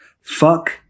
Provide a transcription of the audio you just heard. fuck